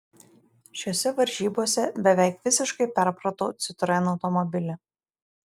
šiose varžybose beveik visiškai perpratau citroen automobilį